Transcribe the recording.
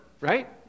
right